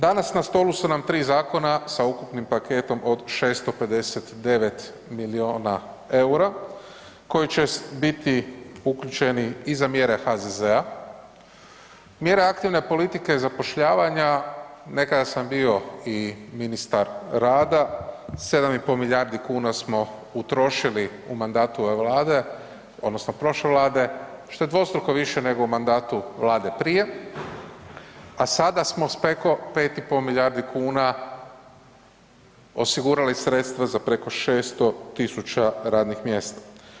Danas na stolu su nam tri zakona sa ukupnim paketom od 659 milijuna eura koji će biti uključeni i za mjere HZZ-a, mjera aktivne politike zapošljavanja, nekada sam bio i ministar rada 7,5 milijardi kuna smo utrošili u mandatu ove Vlade odnosno prošle Vlade što je dvostruko više nego u mandatu Vlade prije, a sada smo preko 5,5 milijardi kuna osigurali sredstva za preko 600.000 radnih mjesta.